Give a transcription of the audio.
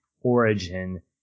origin